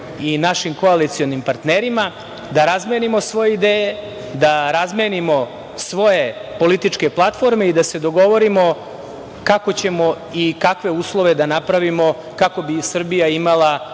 i našim koalicionim partnerima. Da razmenimo svoje ideje, da razmenimo svoje političke platforme i da se dogovorimo kako ćemo i kakve uslove da napravimo kako bi Srbija imala